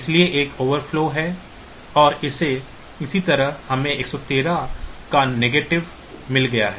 इसलिए एक अतिप्रवाह है और इसी तरह हमें 113 का ऋणात्मक मिल गया है